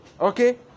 Okay